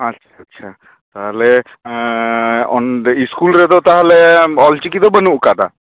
ᱟᱪᱪᱷᱟ ᱛᱟᱦᱚᱞᱮ ᱚᱸᱰᱮ ᱤᱥᱠᱩᱞ ᱨᱮᱫᱚ ᱛᱟᱦᱮᱞᱮ ᱚᱞᱪᱤᱠᱤ ᱫᱚ ᱵᱟ ᱱᱩᱜ ᱟᱠᱟᱫᱟ